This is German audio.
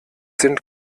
sind